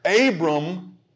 Abram